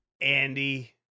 Andy